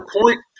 point